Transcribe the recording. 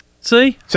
See